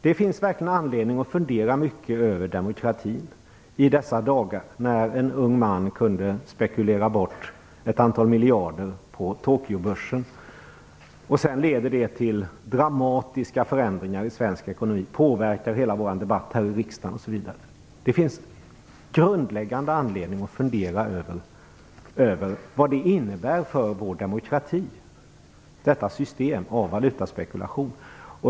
Det finns verkligen anledning att fundera över demokratin i dessa dagar, när en ung man kunde spekulera bort ett antal miljarder på Tokyobörsen. Det leder sedan till dramatiska förändringar i svensk ekonomi och påverkar hela vår debatt i riksdagen osv. Det finns en grundläggande anledning att fundera över vad detta system av valutaspekulation innebär för vår demokrati.